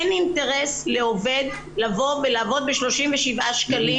אין אינטרס לעובד לבוא ולעבוד ב-37 שקלים.